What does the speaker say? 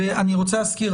ואני רוצה להזכיר,